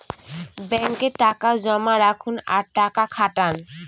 ব্যাঙ্কে টাকা জমা রাখুন আর টাকা খাটান